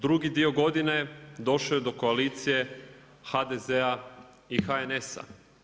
Drugi dio godine došlo je do koalicije HDZ-a i HNS-a.